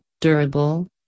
durable